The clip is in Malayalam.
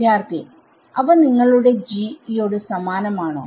വിദ്യാർത്ഥി അവ നിങ്ങളുടെ g യോട് സമാനമാണോ